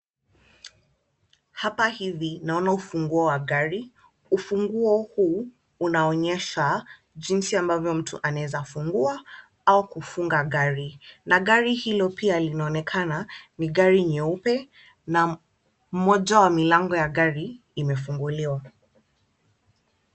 Hapa hivi naona ufunguo wa gari, ufunguo huu unaonyesha jinsi ambavyo mtu anaweza fungua au kufunga gari na gari hilo pia linaonekana ni gari nyeupe na moja wa milango ya gari imefunguliwa.